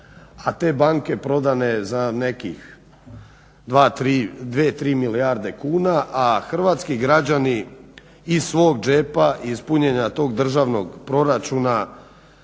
a te banke prodane za nekih dve, tri milijarde kuna a hrvatski građani iz svog džepa, iz punjenja tog državnog proračuna